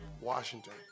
Washington